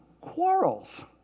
quarrels